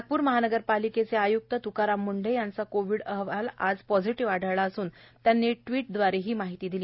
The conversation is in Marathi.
नागपूर महानगरपालिका आयुक्त तुकाराम मुंढे यांचा कोवीड अहवाल आज पॉजिटिव्ह आढळला असून त्यांनी ट्वीट व्दारे ही माहीती दिली